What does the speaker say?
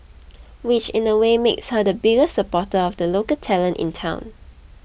which in a way makes her the biggest supporter of a local talent in town